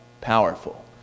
powerful